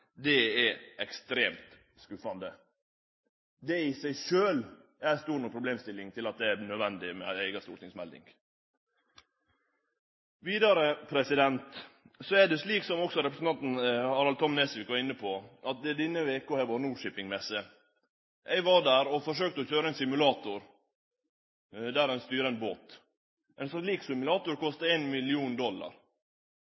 Det er ekstremt skuffande. Det i seg sjølv er ei stor nok problemstilling til at det er nødvendig med ei eiga stortingsmelding. Som også representanten Harald T. Nesvik var inne på, har det denne veka vore Nor-Shipping-messe. Eg var der og forsøkte å køyre ein simulator der ein styrer ein båt. Ein